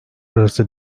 arası